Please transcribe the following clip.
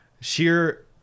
sheer